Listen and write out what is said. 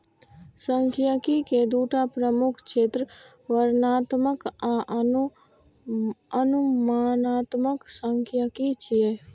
सांख्यिकी के दूटा प्रमुख क्षेत्र वर्णनात्मक आ अनुमानात्मक सांख्यिकी छियै